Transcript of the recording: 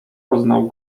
poznał